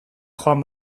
joan